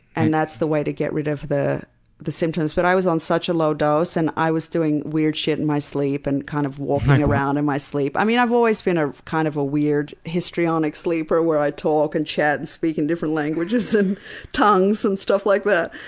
and that's the way to get rid of the the symptoms. but i was on such a low dose and i was doing weird shit in my sleep and kind of walking around in my sleep. i mean i've always been ah kind of a weird histrionic sleeper, where i talk and chat and speak in different languages, in tongues and stuff like that.